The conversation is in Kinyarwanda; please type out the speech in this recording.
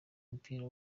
umupira